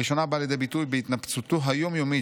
הראשונה באה לידי ביטוי בהתנפצותו היום-יומית